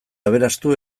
aberastu